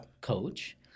coach